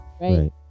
Right